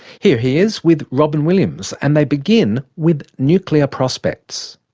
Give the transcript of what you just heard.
here he is with robyn williams, and they begin with nuclear prospects.